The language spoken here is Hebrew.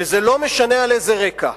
וזה לא משנה על איזה רקע,